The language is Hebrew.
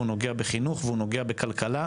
הוא נוגע בחינוך והוא נוגע בכלכלה,